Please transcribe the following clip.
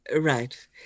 Right